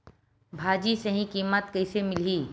भाजी सही कीमत कइसे मिलही?